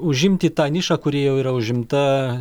užimti tą nišą kuri jau yra užimta